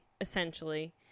essentially